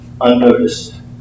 unnoticed